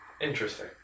Interesting